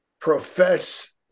profess